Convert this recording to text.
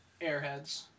Airheads